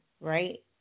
right